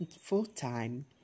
full-time